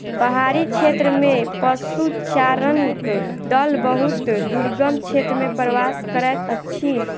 पहाड़ी क्षेत्र में पशुचारणक दल बहुत दुर्गम क्षेत्र में प्रवास करैत अछि